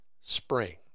spring